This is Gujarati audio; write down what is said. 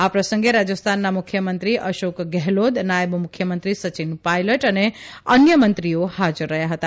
આ પ્રસંગે રાજસ્થાનના મુખ્યમંત્રી અશોક ગેહલોત નાયબ મુખ્યમંત્રી સચિન પાયલટ અને અન્ય મંત્રીઓ હાજર રહ્યા હતા